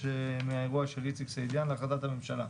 מהאירוע של איציק סעידיאן להחלטת הממשלה.